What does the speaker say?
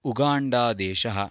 उगाण्डादेशः